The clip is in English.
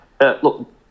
look